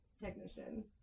technician